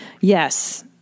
Yes